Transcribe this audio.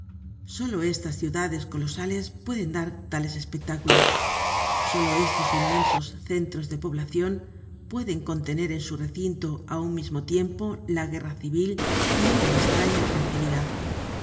solo estas ciudades colosales pueden dar tales espectáculos solo estos inmensos centros de poblacion pueden contener en su recinto á un mismo tiempo la guerra civil y una estraña tranquilidad